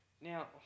Now